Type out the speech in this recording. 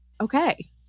Okay